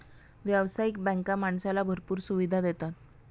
व्यावसायिक बँका माणसाला भरपूर सुविधा देतात